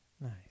nice